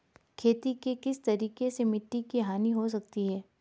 खेती के किस तरीके से मिट्टी की हानि हो सकती है?